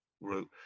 route